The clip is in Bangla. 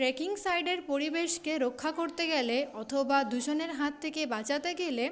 ট্রেকিং সাইটের পরিবেশকে রক্ষা করতে গেলে অথবা দূষণের হাত থেকে বাঁচাতে গেলে